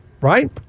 Right